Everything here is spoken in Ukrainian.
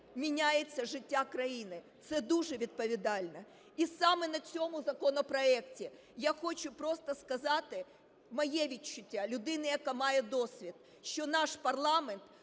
міняється життя країни, це дуже відповідально. І саме на цьому законопроекті, я хочу просто сказати моє відчуття, людини, яка має досвід, що наш парламент